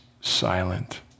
silent